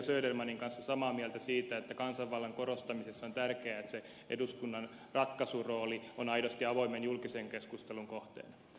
södermanin kanssa samaa mieltä siitä että kansanvallan korostamisessa on tärkeää että eduskunnan ratkaisurooli on aidosti avoimen julkisen keskustelun kohteena